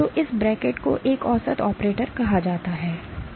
तो इस ब्रैकेट को एक औसत ऑपरेटर कहा जाता है